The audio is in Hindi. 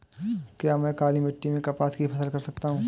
क्या मैं काली मिट्टी में कपास की फसल कर सकता हूँ?